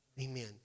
Amen